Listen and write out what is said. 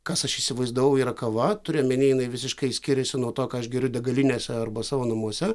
kas aš įsivaizdavau yra kava turiu omeny jinai visiškai skiriasi nuo to ką aš geriu degalinėse arba savo namuose